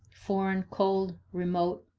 foreign, cold, remote,